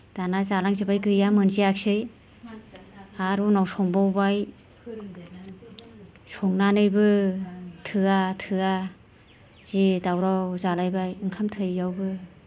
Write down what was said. दाना जालांजोब्बाय गैया मोनजायासै आरो उनाव संबावबाय संनानैबो थोआ थोआ जि दावराव जालायबाय ओंखाम थोयिआवबो